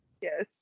Yes